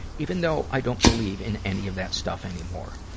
even though i don't believe in any of that stuff anymore.